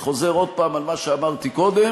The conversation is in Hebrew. וחוזר עוד הפעם על מה שאמרתי קודם: